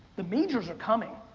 the majors are coming,